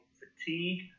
fatigue